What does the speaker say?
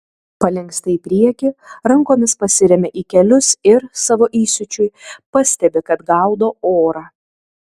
palinksta į priekį rankomis pasiremia į kelius ir savo įsiūčiui pastebi kad gaudo orą